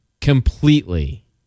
Completely